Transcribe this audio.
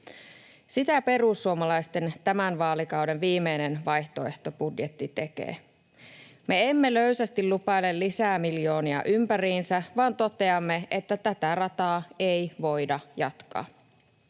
Sitä perussuomalaisten tämän vaalikauden viimeinen vaihtoehtobudjetti tekee. Me emme löysästi lupaile lisää miljoonia ympäriinsä vaan toteamme, että tätä rataa ei voida jatkaa.